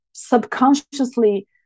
subconsciously